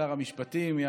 שר המשפטים.